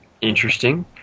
Interesting